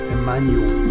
Emmanuel